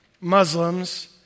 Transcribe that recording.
Muslims